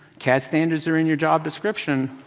cad standards are in your job description,